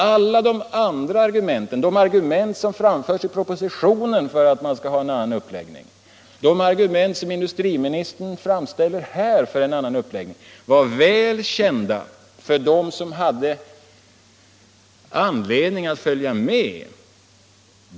Alla de andra argumenten — de argument som framförts i propositionen för en annan uppläggning, de argument som industriministern framför här för en annan uppläggning — var redan i mitten av februari väl kända för dem som hade anledning att följa med.